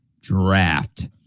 draft